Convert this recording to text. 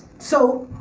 so,